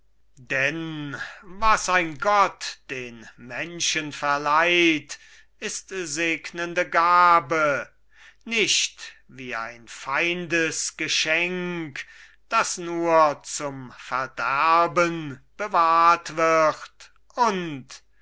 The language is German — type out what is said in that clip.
denn was ein gott den menschen verleiht ist segnende gabe nicht wie ein feindes geschenk das nur zum verderben bewahrt wird und